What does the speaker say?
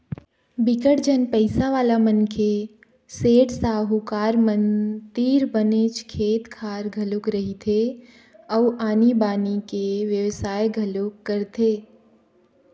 बिकट झन पइसावाला मनखे, सेठ, साहूकार मन तीर बनेच खेत खार घलोक रहिथे अउ आनी बाकी के बेवसाय घलोक करथे